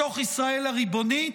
בתוך ישראל הריבונית,